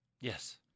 Yes